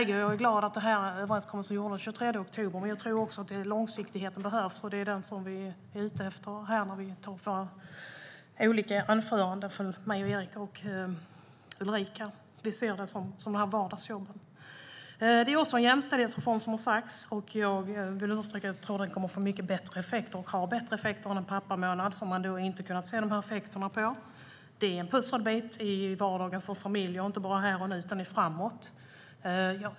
Jag är glad över överenskommelsen som gjordes den 23 oktober. Men jag tror också att långsiktighet behövs. Det är den som jag, Erik och Ulrika är ute efter i våra inlägg. Vi ser dem som vardagsjobb. Det är som sagt också en jämställdhetsreform. Jag vill understryka att jag tror att den kommer att ge mycket bättre effekter än en pappamånad, som man inte har kunnat se de effekterna av. RUT-avdrag är en pusselbit i vardagen för familjer, inte bara här och nu utan även framöver.